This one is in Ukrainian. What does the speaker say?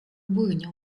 обурення